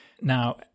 Now